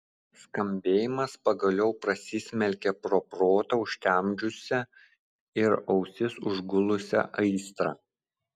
skambėjimas pagaliau prasismelkė pro protą užtemdžiusią ir ausis užgulusią aistrą